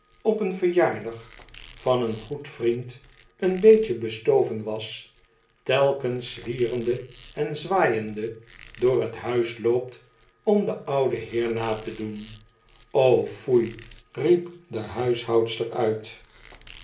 op een verjaardag van een goed vriend een beetje bestoven was telkens zwierende en zwaaiende door het huis loopt om den ouden heer na te doen ofoei riep de huishoudster uit